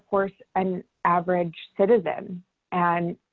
course, an average citizen and